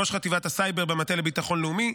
ראש חטיבת הסייבר במטה לביטחון לאומי,